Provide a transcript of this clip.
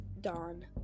dawn